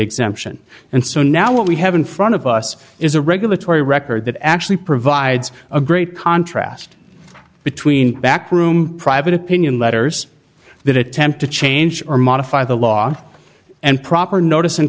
exemption and so now what we have in front of us is a regulatory record that actually provides a great contrast between backroom private opinion letters that attempt to change or modify the law and proper notice